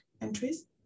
entries